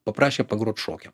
paprašė pagroti šokiam